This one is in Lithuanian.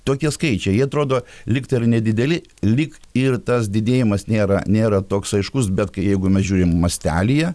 tokie skaičiai jie atrodo lyg tai yra nedideli lyg ir tas didėjimas nėra nėra toks aiškus bet kai jeigu mes žiūrim mastelyje